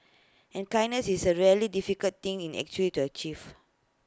and kindness is A really difficult thing in actually to achieve